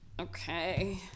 Okay